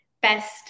best